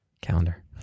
calendar